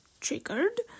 triggered